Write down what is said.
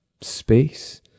space